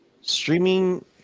Streaming